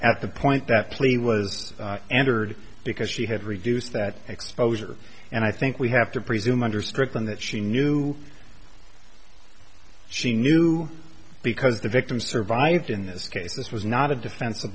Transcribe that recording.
at the point that plea was entered because she had reduced that exposure and i think we have to presume under strict on that she knew she knew because the victim survived in this case this was not a defens